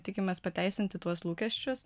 tikimės pateisinti tuos lūkesčius